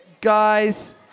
guys